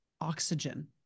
oxygen